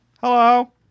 Hello